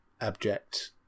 abject